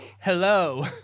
Hello